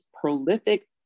prolific